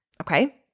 Okay